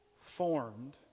formed